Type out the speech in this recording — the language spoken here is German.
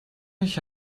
ich